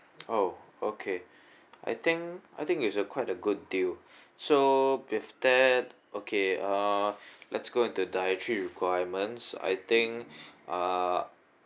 oh okay I think I think it's a quite a good deal so with that okay uh let's go into dietary requirements I think uh